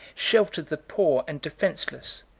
sheltered the poor and defenceless,